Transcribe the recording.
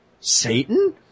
Satan